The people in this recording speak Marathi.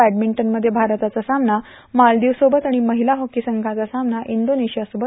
बॅडमिंटनमध्ये भारताचा सामना मालदीवसोबत आणि महिला हॉकी संघाचा सामना इंडोनेशियासोबत होणार आहे